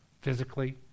physically